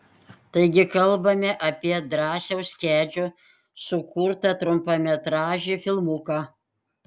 taigi kalbame apie drąsiaus kedžio sukurtą trumpametražį filmuką